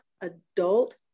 adult